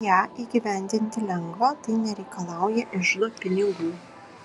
ją įgyvendinti lengva tai nereikalauja iždo pinigų